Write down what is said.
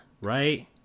right